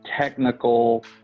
technical